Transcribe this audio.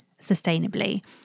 sustainably